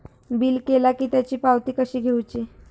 Bill केला की त्याची पावती कशी घेऊची?